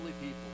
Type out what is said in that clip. people